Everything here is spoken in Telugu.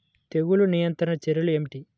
తెగులు నియంత్రణ చర్యలు ఏమిటి?